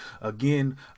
Again